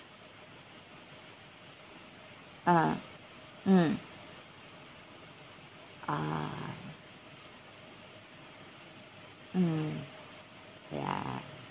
uh mm ah mm yeah